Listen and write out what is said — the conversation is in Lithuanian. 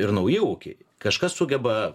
ir nauji ūkiai kažkas sugeba